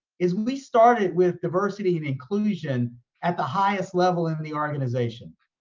is we started with diversity and inclusion at the highest level in the organization,